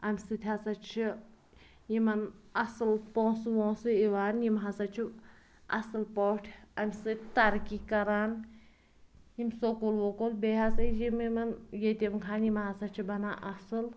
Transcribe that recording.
اَمہِ سۭتۍ ہَسا چھِ یِمَن اَصٕل پونٛسہٕ وونٛسہٕ یِوان یِم ہَسا چھِ اَصٕل پٲٹھۍ اَمہِ سۭتۍ ترقی کَران یِم سکوٗل وکوٗل بیٚیہِ ہَسا یِم یِمَن یتیٖم خانہٕ یِم ہَسا چھِ بَنان اَصٕل